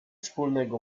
wspólnego